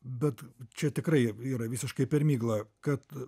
bet čia tikrai yra visiškai per miglą kad